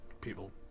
people